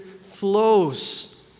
flows